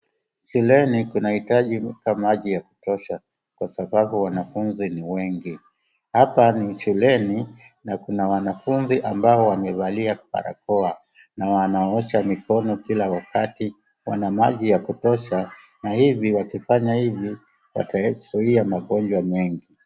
Shuleni kunahitaji kuweka maji ya kutosha kwa sababu wanafunzi ni wengi. Hapa ni shuleni na kuna wanafunzi ambao wamevalia barakoa na wanaosha mikono kila wakati wana maji ya kutosha na hivi wakifanya hivi watazuia magonjwa mengi.